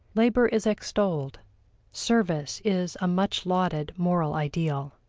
labor is extolled service is a much-lauded moral ideal.